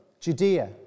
Judea